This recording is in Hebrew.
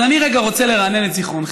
אבל אני רוצה רגע לרענן את זיכרונכם,